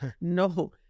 no